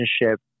relationship